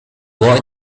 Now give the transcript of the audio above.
boy